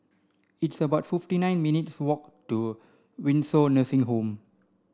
it's about fifty nine minutes' walk to Windsor Nursing Home